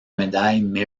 médaille